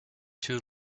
two